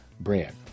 bread